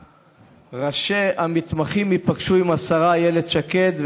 שראשי המתמחים ייפגשו עם השרה איילת שקד.